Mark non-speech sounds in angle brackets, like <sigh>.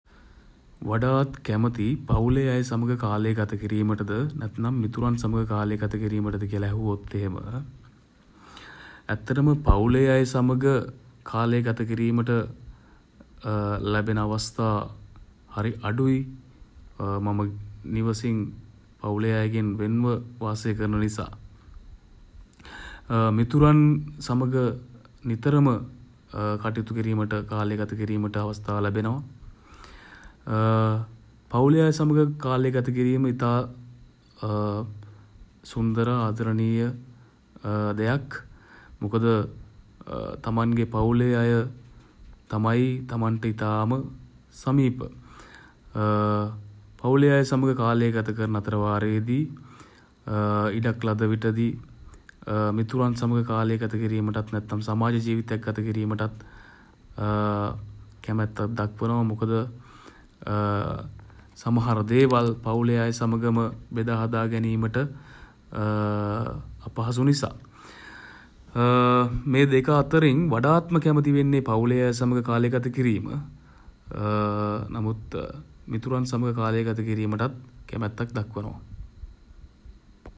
වඩාත් කැමති <hesitation> පවුලේ අය සමඟ <hesitation> කාලය ගත කිරීමටද <hesitation> නැත්නම් මිතුරන් සමඟ කාලය ගත කිරීමටද <hesitation> කියල ඇහුවොත් එහෙම <hesitation> ඇත්තටම පවුලේ අය සමඟ <hesitation> කාලය ගත කිරීමට <hesitation> ලැබෙන අවස්ථා <hesitation> හරි අඩුයි <hesitation> මම නිවසින් <hesitation> පවුලේ අයගෙන් වෙන්ව <hesitation> වාසය කරන නිසා. <hesitation> මිතුරන් සමඟ <hesitation> නිතරම <hesitation> කටයුතු කිරීමට <hesitation> කාලය ගත කිරීමට <hesitation> අවස්ථා ලැබෙනවා. <hesitation> පවුලේ අය සමඟ කාලය ගත කිරීම ඉතා <hesitation> සුන්දර <hesitation> ආදරණීය <hesitation> දෙයක්. මොකද <hesitation> තමන්ගේ පවුලේ අය <hesitation> තමයි <hesitation> තමන්ට ඉතාම <hesitation> සමීප. <hesitation> පවුලේ අය සමඟ කාලය ගත කරන අතරවාරයේදී <hesitation> ඉඩක් ලද විටදී <hesitation> මිතුරන් සමඟ කාලය ගත කිරීමටත් <hesitation> නැත්නම් සමාජ ජීවිතයක් ගත කිරීමටත් <hesitation> කැමැත්තක් දක්වනවා. මොකද <hesitation> සමහර දේවල් <hesitation> පවුලේ අය සමඟම බෙදා හදා ගැනීමට <hesitation> අපහසු නිසා <hesitation> මේ දෙක අතරින් <hesitation> වඩාත්ම කැමති වෙන්නේ <hesitation> පවුලේ අය සමඟ කාලය ගත කිරීම. <hesitation> නමුත් <hesitation> මිතුරන් සමඟ කාලය ගත කිරීමටත් <hesitation> කැමැත්තක් දක්වනවා.